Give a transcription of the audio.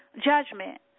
judgment